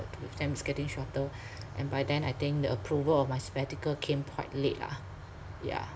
with them is getting shorter and by then I think the approval of my sabbatical came quite late lah yeah